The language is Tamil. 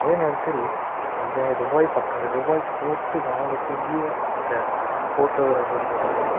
அதே நேரத்தில் ஐயாயிரரூபாய் பத்தாயரரூபாய் போட்டு வாங்கக்கூடிய அந்த ஃபோட்டோகிராஃபர்களுடைய